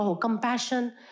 compassion